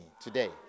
today